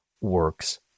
works